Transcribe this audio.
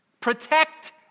Protect